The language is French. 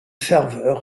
ferveur